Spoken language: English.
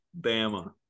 Bama